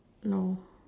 no